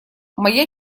моя